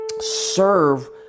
serve